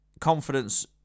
confidence